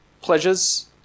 pleasures